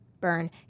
Burn